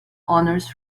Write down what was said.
honors